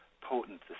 potent